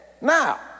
Now